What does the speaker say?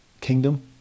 kingdom